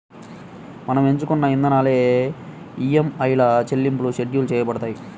మనం ఎంచుకున్న ఇదంగానే ఈఎంఐల చెల్లింపులు షెడ్యూల్ చేయబడతాయి